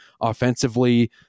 offensively